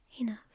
Enough